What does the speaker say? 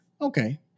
Okay